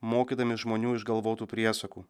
mokydami žmonių išgalvotų priesakų